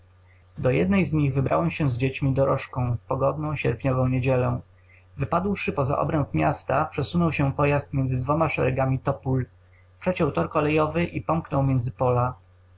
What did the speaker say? do jednej z nich wybrałem się z dziećmi dorożką w pogodną sierpniową niedzielę wypadłszy poza obręb miasta przesunął się pojazd między dwoma szeregami topól przeciął tor kolejowy i pomknął między pola